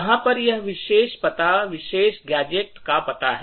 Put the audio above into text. यहां पर यह विशेष पता विशेष गैजेट का पता है